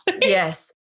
Yes